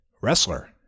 Wrestler